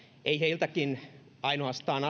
ei heiltäkään ainoastaan